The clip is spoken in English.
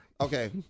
Okay